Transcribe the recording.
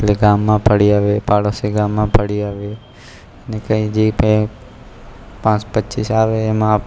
એટલે ગામમાં પડી આવે પાડોશી ગામમાં પડી આવીએ ને કંઈ જે કંઈ પાંચ પચ્ચીસ આવે એમાં